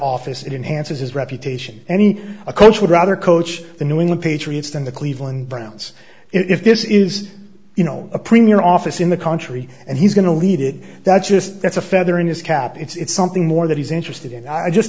office it enhances his reputation any a coach would rather coach the new england patriots than the cleveland browns if this is you know a premier office in the country and he's going to lead it that's that's a feather in his cap it's something more that he's interested in i just